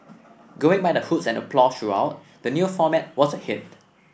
going by the hoots and applause throughout the new format was a hit